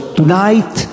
tonight